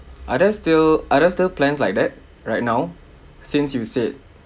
are there still are there still plans like that right now since you said